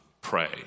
pray